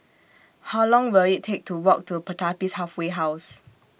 How Long Will IT Take to Walk to Pertapis Halfway House